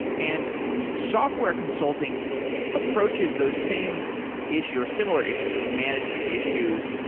and software consulting approaches those same issues or similar issues, like management issues,